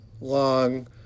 long